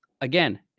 again